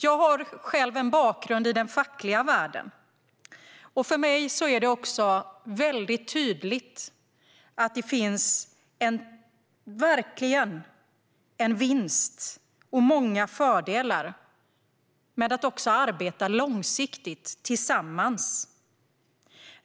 Jag har själv en bakgrund i den fackliga världen, och för mig är det tydligt att det finns en vinst och många fördelar med att arbeta långsiktigt tillsammans.